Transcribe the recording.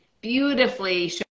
beautifully